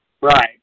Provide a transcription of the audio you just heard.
Right